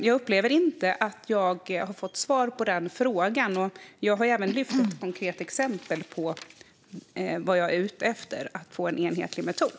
Jag upplever inte att jag har fått svar på den frågan, och jag har även lyft ett konkret exempel på vad jag är ute efter, nämligen att få en enhetlig metod.